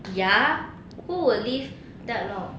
ya who would live that long